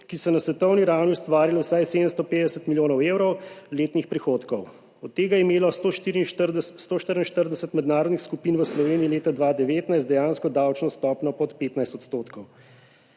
ki so na svetovni ravni ustvarile vsaj 750 milijonov evrov letnih prihodkov. Od tega je imelo 144 mednarodnih skupin v Sloveniji leta 2019 dejansko davčno stopnjo pod 15 %.